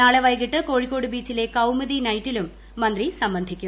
നാളെ വൈകിട്ട് കോഴിക്കോട് ബീച്ചിലെ കൌമുദി നൈറ്റിലും മന്ത്രി സംബന്ധിക്കും